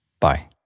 Bye